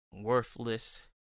worthless